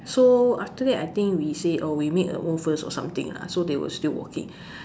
so after that I think we say oh we made a move first or something lah so they were still walking